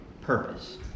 purpose